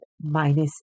minus